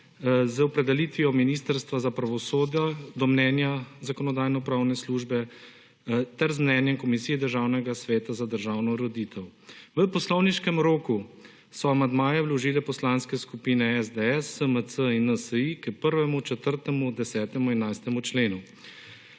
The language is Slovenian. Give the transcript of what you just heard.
z opredelitvijo Ministrstva za pravosodje do mnenja Zakonodajno-pravne službe ter z mnenjem Komisije Državnega sveta za državno ureditev. V poslovniškem roku so amandmaje vložile poslanske skupine SDS, SMC in NSi k 1., 4., 10., 11. členu.